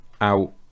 out